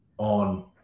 On